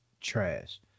trash